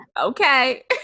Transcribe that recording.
okay